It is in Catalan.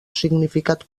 significat